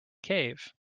cave